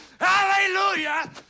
Hallelujah